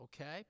Okay